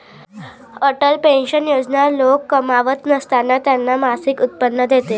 Atal pension योजना लोक कमावत नसताना त्यांना मासिक उत्पन्न देते